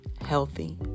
healthy